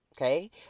Okay